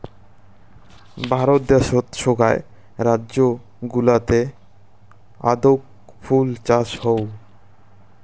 ভারত দ্যাশোত সোগায় রাজ্য গুলাতে আদৌক ফুল চাষ হউ